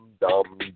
dumb